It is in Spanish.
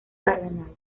cardenal